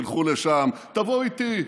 תלכו לשם, תבואו איתי.